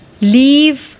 leave